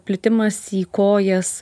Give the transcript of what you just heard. plitimas į kojas